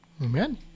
Amen